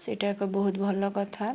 ସେଇଟା ଏକ ବହୁତ ଭଲ କଥା